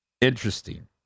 Interesting